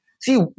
See